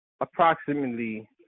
approximately